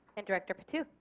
and director patu.